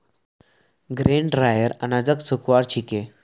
grain dryer अनाजक सुखव्वार छिके